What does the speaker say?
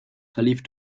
verlief